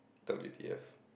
W_T_F